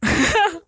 like 真的